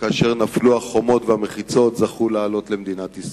וכאשר נפלו החומות והמחיצות זכו לעלות למדינת ישראל.